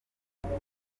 atari